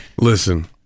Listen